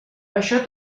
això